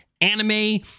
anime